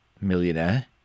millionaire